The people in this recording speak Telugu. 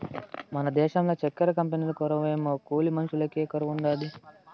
మన దేశంల చక్కెర కంపెనీకు కొరవేమో కూలి మనుషులకే కొరతుండాది